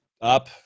up